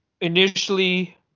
initially